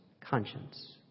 conscience